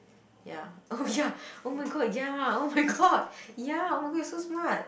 ya oh ya oh my god ya oh my god ya oh my god you're so smart